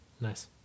Nice